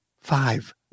five